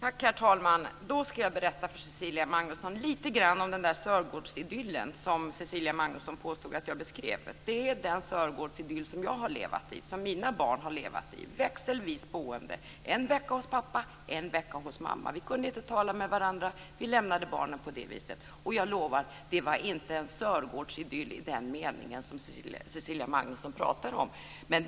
Herr talman! Jag ska berätta för Cecilia Magnusson lite grann om den där Sörgårdsidyllen som Cecilia Magnusson påstod att jag beskrev. Det är den Sörgårdsidyll som jag har levt i, som mina barn har levt i - växelvis boende, en vecka hos pappa, en vecka hos mamma. Vi kunde inte tala med varandra. Vi lämnade barnen på det viset. Och jag lovar att det inte var en Sörgårdsidyll i den mening som Cecilia Magnusson pratar om.